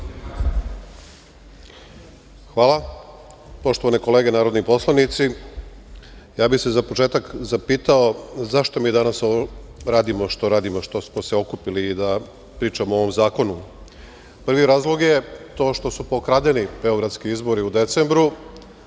Hvala. Poštovane kolege, narodni poslanici, ja bih se za početak zapitao zašto mi danas radimo ovo što radimo, što smo se okupili da pričamo o ovom zakonu? Prvi razlog je to što su pokradeni beogradski izbori u decembru